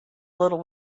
little